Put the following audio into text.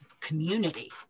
community